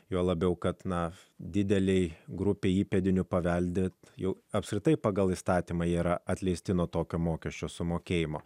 juo labiau kad na didelei grupei įpėdinių paveldėti jau apskritai pagal įstatymą yra atleisti nuo tokio mokesčio sumokėjimo